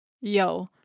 yo